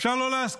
אפשר לא להסכים,